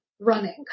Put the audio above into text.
running